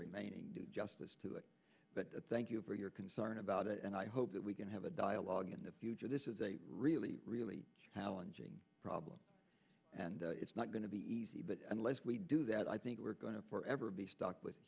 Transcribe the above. remaining do justice to it but thank you for your concern about it and i hope that we can have a dialogue in the future this is a really really challenging problem and it's not going to be easy but unless we do that i think we're going to forever be stuck with